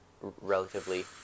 relatively